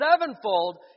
Sevenfold